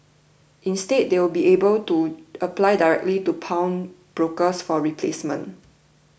instead they will be able to apply directly to pawnbrokers for a replacement